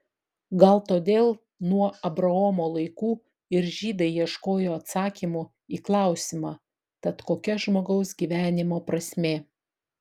gal todėl nuo abraomo laikų ir žydai ieškojo atsakymų į klausimą tad kokia žmogaus gyvenimo prasmė